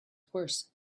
worse